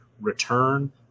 return